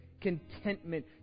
contentment